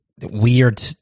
weird